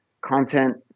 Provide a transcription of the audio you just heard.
content